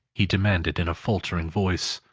he demanded, in a faltering voice.